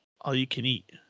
all-you-can-eat